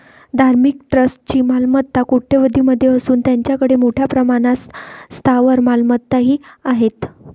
धार्मिक ट्रस्टची मालमत्ता कोट्यवधीं मध्ये असून त्यांच्याकडे मोठ्या प्रमाणात स्थावर मालमत्ताही आहेत